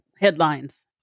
headlines